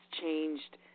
changed